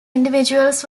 individuals